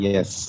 Yes